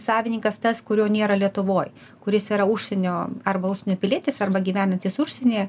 savininkas tas kurio nėra lietuvoj kuris yra užsienio arba užsienio pilietis arba gyvenantis užsienyje